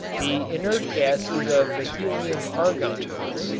the inert gases of the helium-argon group.